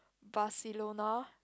Barcelona